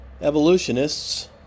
Evolutionists